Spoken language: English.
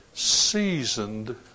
Seasoned